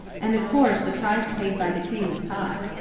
and, of course, the price paid by the king was high.